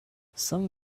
some